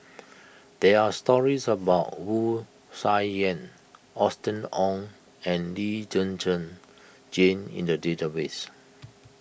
there are stories about Wu Tsai Yen Austen Ong and Lee Zhen Zhen Jane in the database